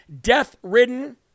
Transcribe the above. death-ridden